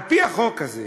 על-פי החוק הזה